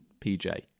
PJ